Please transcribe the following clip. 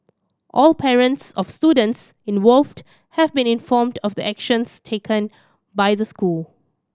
all parents of students involved have been informed of the actions taken by the school